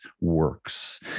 works